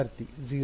ವಿದ್ಯಾರ್ಥಿ 0